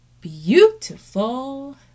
beautiful